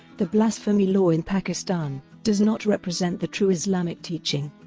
the blasphemy law in pakistan, does not represent the true islamic teaching.